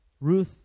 Ruth